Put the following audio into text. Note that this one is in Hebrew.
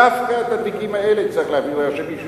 דווקא את התיקים האלה צריכים להעביר לרשמים,